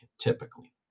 Typically